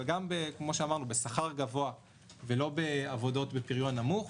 אבל להשתלב גם בשכר גבוה ולא בעבודות בפריון נמוך.